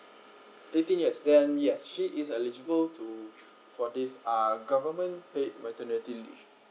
fifteen years then yes she is eligible to for this uh government paid maternity leave